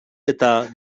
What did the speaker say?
eta